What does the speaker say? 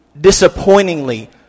disappointingly